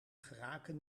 geraken